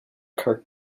kirk